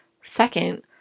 Second